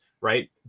right